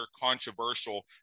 controversial